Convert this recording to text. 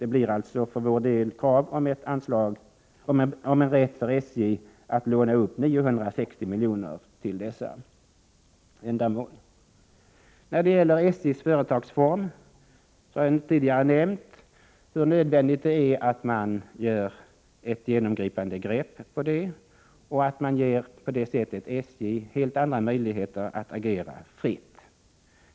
Det blir alltså för vår del krav på en rätt för SJ att låna upp 960 milj.kr. till dessa ändamål. När det gäller SJ:s företagsform har jag tidigare nämnt hur nödvändigt det är att man tar ett genomgripande grepp och på det sättet ger SJ helt andra möjligheter att agera fritt.